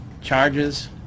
charges